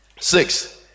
Six